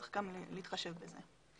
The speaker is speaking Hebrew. צריך להתחשב גם בזה.